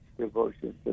devotion